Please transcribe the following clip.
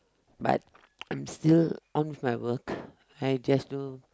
but I'm still on my work I just do